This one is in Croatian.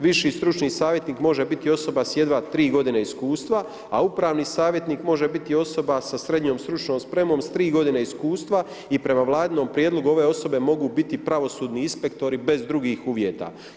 Viši stručni savjetnik, može biti osoba s jedva 3 g. iskustva, a upravni savjetnik može biti osoba sa srednjom stručnom spremom sa 3 g. iskustva i prema vladinom prijedlogu, ove osobe mogu biti pravosudni inspektori bez drugih uvjeta.